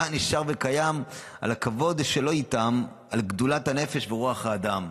אני שר וקיים / על הכבוד שלא ייתם / על גדולת הנפש / ורוח האדם".